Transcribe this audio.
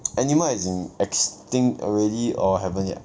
animal as in extinct already or haven't yet